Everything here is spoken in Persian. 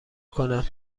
کنم